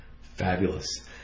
fabulous